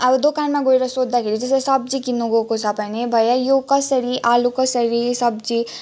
अब दोकानमा गएर सोद्दाखेरि चाहिँ जस्तै सब्जी किन्नु गएको छ भने भैया यो कसरी आलु कसरी सब्जी